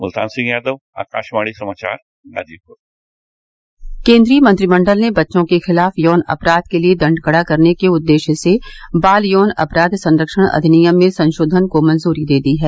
मुल्तान सिंह यादव आकाशवाणी समाचार गाजीपुर केंद्रीय मंत्रिमंडल ने बच्चों के खिलाफ यौन अपराध के लिए दंड कड़ा करने के उद्देश्य से बाल यौन अपराध संरक्षण अधिनियम में संशोधन की मंजूरी दे दी है